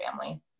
family